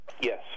Yes